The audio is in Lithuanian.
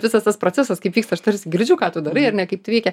bet visas tas procesas kaip vyksta aš tarsi girdžiu ką tu darai ar ne kaip tai veikia